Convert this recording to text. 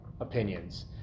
opinions